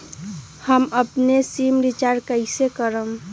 हम अपन sim recharge कइसे करम?